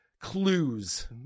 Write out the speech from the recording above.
clues